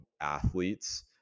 athletes